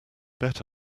bet